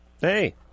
Hey